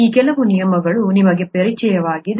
ಈ ಕೆಲವು ನಿಯಮಗಳು ನಿಮಗೆ ಪರಿಚಿತವಾಗಿವೆ